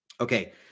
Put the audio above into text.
Okay